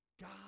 God